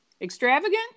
Extravagant